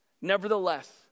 Nevertheless